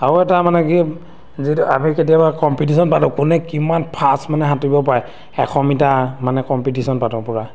আৰু এটা মানে কি যিটো আমি কেতিয়াবা কম্পিটিশ্যন পাতোঁ কোনে কিমান ফাষ্ট মানে সাঁতুৰিব পাৰে এশ মিটাৰ মানে কম্পিটিশ্যন পাতোঁ পূৰা